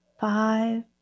five